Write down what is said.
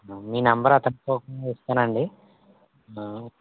మీ number అతనికి ఇస్తానండి